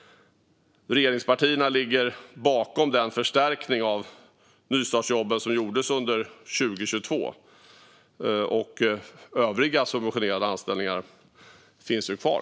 Regeringspartierna ligger bakom den förstärkning av nystartsjobben som gjordes under 2022. Övriga subventionerade anställningar finns kvar.